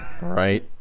Right